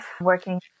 working